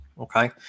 okay